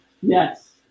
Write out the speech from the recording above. Yes